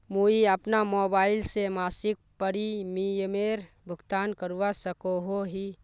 मुई अपना मोबाईल से मासिक प्रीमियमेर भुगतान करवा सकोहो ही?